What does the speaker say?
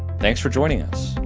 thanks for joining us,